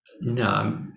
No